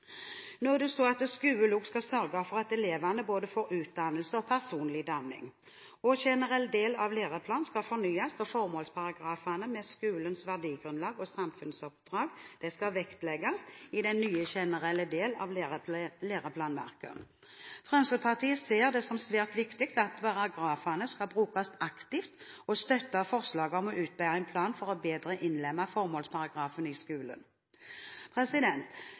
at skolen også skal sørge for at elevene både får utdannelse og personlig dannelse. Generell del av læreplanen skal fornyes, og formålsparagrafen med skolens verdigrunnlag og samfunnsoppdrag skal vektlegges i den nye generelle delen av læreplanverket. Fremskrittspartiet ser det som svært viktig at paragrafen skal brukes aktivt, og støtter forslaget om å utarbeide en plan for bedre å innlemme formålsparagrafen i skolen.